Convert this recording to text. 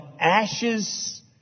ashes